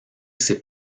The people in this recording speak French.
ses